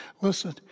Listen